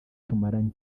tumaranye